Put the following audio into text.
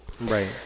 Right